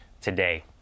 today